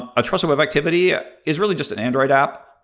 a trusted web activity is really just an android app.